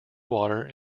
water